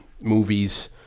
movies